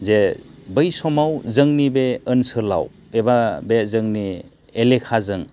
जे बै समाव जोंनि बे ओनसोलाव एबा बे जोंनि एलेखाजों